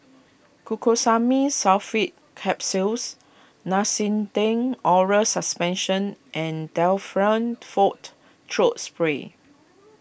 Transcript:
Glucosamine Sulfate Capsules Nystatin Oral Suspension and Difflam forte Throat Spray